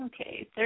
Okay